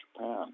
Japan